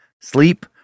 sleep